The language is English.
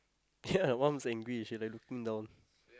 ya one's angry she like looking down